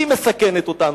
היא מסכנת אותנו.